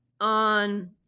on